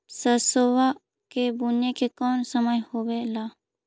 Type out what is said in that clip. सरसोबा के बुने के कौन समय होबे ला?